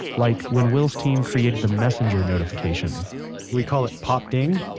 like when will's team created the messenger notification we call it pop ding